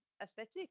aesthetic